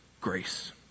grace